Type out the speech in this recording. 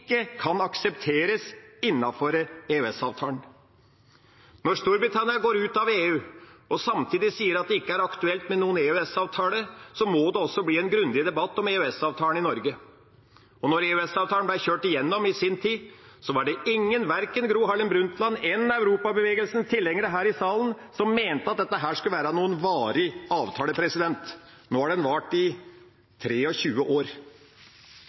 kan aksepteres innenfor EØS-avtalen. Når Storbritannia går ut av EU og samtidig sier at det ikke er aktuelt med noen EØS-avtale, må det bli en grundig debatt om EØS-avtalen også i Norge. Da EØS-avtalen ble kjørt igjennom i sin tid, var det ingen – verken Gro Harlem Brundtland eller Europabevegelsens tilhengere her i salen – som mente at dette skulle være en varig avtale. Nå har den vart i 23 år.